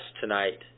tonight